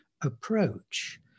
approach